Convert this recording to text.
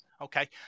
Okay